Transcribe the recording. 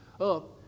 up